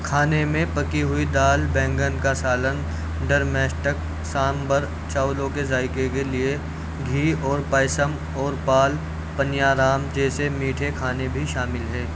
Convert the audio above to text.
کھانے میں پکی ہوئی دال بینگن کا سالن ڈرمیسٹک سامبر چاولوں کے ذائقے کے لیے گھی اور پائسم اور پال پنیارام جیسے میٹھے کھانے بھی شامل ہیں